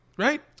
Right